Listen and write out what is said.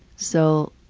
so